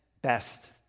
best